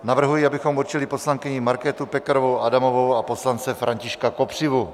Navrhuji, abychom určili poslankyni Markétu Pekarovou Adamovou a poslance Františka Kopřivu.